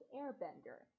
airbender